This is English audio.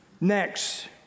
Next